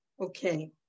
Okay